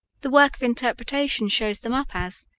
the work of interpretation shows them up as,